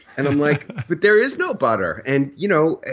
and i'm like but there is no butter. and you know